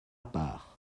part